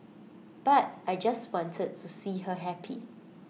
but I just wanted to see her happy